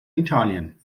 italien